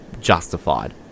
justified